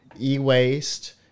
e-waste